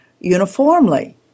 uniformly